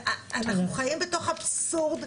אנחנו חיים בתוך אבסורד,